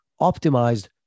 optimized